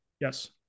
Yes